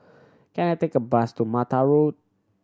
can I take a bus to Mattar Road